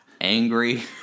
angry